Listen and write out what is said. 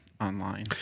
online